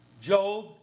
Job